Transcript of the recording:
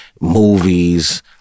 movies